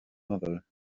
mother